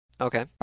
Okay